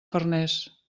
farners